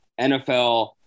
NFL –